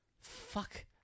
fuck